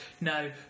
No